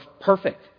perfect